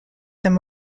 them